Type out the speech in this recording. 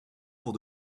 pour